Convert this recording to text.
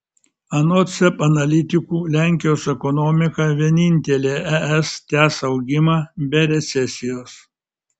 anot seb analitikų lenkijos ekonomika vienintelė es tęs augimą be recesijos